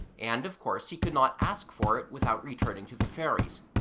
and, of course, he could not ask for it without returning to the fairies.